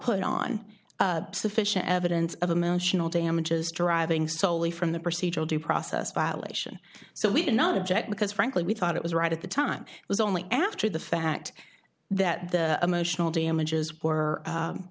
put on sufficient evidence of emotional damages deriving solely from the procedural due process violation so we did not object because frankly we thought it was right at the time it was only after the fact that the emotional damages were